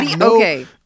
Okay